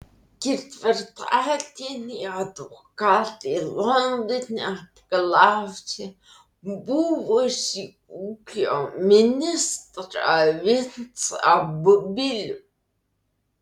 ketvirtadienį advokatai londone apklausė buvusį ūkio ministrą vincą babilių